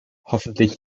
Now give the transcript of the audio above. hoffentlich